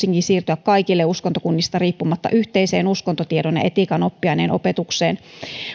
tulisikin siirtyä uskontokunnista riippumatta kaikille yhteiseen uskontotiedon ja etiikan oppiaineen opetukseen